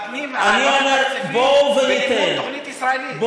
מתנים תקציבים בלימוד תוכנית ישראלית.